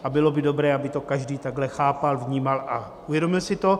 A bylo by dobré, aby to každý takhle chápal, vnímal a uvědomil si to.